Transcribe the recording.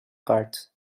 cards